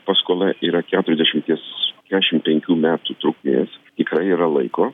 paskola yra keturiasdešimties kesšim penkių metų trukmės tikrai yra laiko